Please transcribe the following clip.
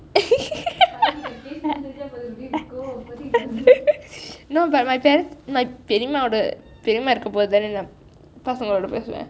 no but my parents my பெரியம்மாவோட பெரியம்மா இருக்கும்போது தான் பசுங்க கிட்டே பேசுவேன்:periyamma voda periyamma irukkum pothu thaan pasunka kittei pesuven